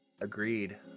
Agreed